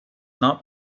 not